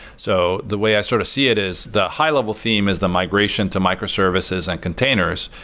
so the way i sort of see it is the high-level theme is the migration to microservices and containers.